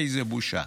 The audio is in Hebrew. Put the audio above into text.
איזו בושה.